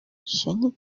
ҫӗнӗ